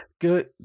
good